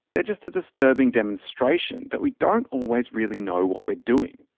they are just a disturbing demonstration that we don't always really know what we're doing.